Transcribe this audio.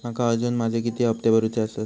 माका अजून माझे किती हप्ते भरूचे आसत?